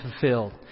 fulfilled